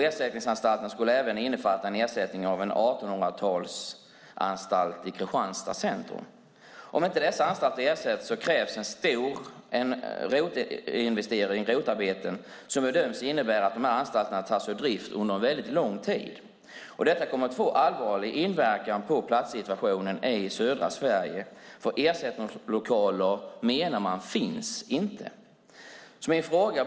Ersättningsanstalten skulle även ersätta en 1800-talsanstalt i Kristianstad centrum. Om inte dessa anstalter ersätts krävs ROT-arbeten som bedöms innebära att de här anstalterna tas ur drift under en väldigt lång tid. Detta kommer att få en allvarlig inverkan på platssituationen i södra Sverige eftersom man menar att det inte finns några ersättningslokaler.